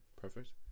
perfect